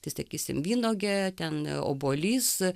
tai sakysim vynuogė ten obuolys